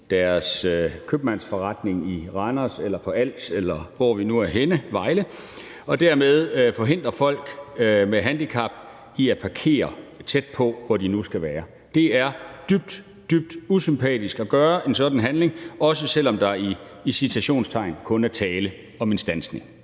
deres købmandsforretning i Randers eller på Als, eller hvor vi nu er henne – Vejle. At forhindre folk med handicap i at parkere tæt på, hvor de nu skal være, er en dybt, dybt usympatisk handling, også selv om der i citationstegn kun er tale om en standsning.